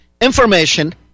information